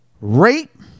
Rape